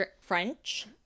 French